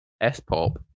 S-pop